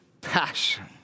passion